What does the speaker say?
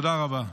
תודה רבה.